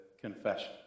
confession